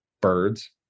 birds